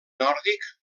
nòrdic